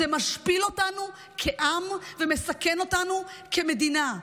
זה משפיל אותנו כעם ומסכן אותנו כמדינה.